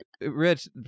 rich